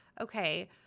okay